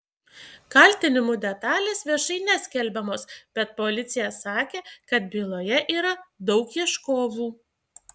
kaltinimų detalės viešai neskelbiamos bet policija sakė kad byloje yra daug ieškovų